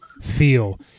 feel